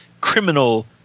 criminal